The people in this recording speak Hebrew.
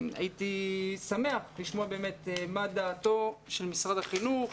הייתי שמח לשמוע מה דעתו של משרד החינוך,